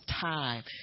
time